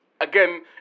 Again